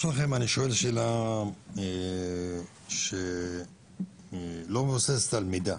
אני שואל שאלה שלא מבוססת על מידע,